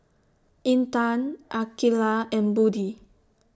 Intan Aqeelah and Budi